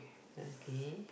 okay